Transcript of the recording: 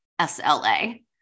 SLA